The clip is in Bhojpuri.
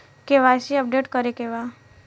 के.वाइ.सी अपडेट करे के बा?